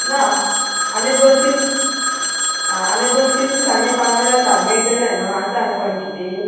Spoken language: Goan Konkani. ना आनी दोन तीन आं आनी दोन तीन दिसानीं पावल्या जाता मेळटले नू आसा नू कोन्टीटी